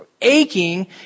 Aching